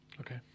Okay